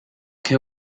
que